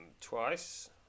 twice